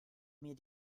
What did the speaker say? mir